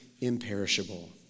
imperishable